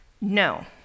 no